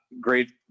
great